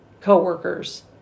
coworkers